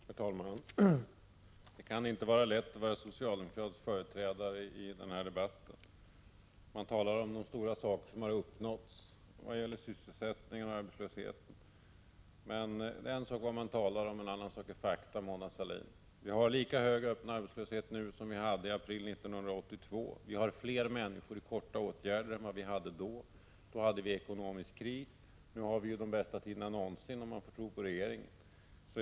Herr talman! Det kan inte vara lätt att vara socialdemokratisk företrädare i den här debatten. Man talar om de stora saker som har uppnåtts för att öka sysselsättningen och hejda arbetslösheten. Men det är en sak att tala om åtgärderna och en annan sak att förverkliga dem, Mona Sahlin. Vi har lika stor öppen arbetslöshet nu som vi hade i april 1982. Vi har fler människor sysselsatta med hjälp av kortsiktiga åtgärder än vi hade då. Då hade vi ekonomisk kris, nu har vi de bästa tiderna någonsin, om man får tro regeringen.